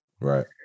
Right